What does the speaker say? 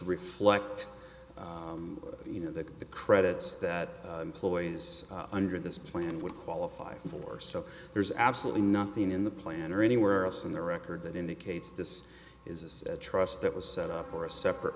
reflect you know that the credits that ploys under this plan would qualify for so there's absolutely nothing in the plan or anywhere else in the record that indicates this is a trust that was set up or a separate